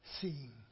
seeing